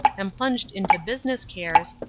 and plunged into business cares,